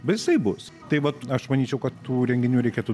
bet jisai bus tai vat aš manyčiau kad tų renginių reikėtų